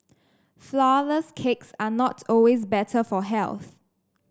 flourless cakes are not always better for health